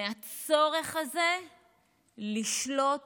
מהצורך הזה לשלוט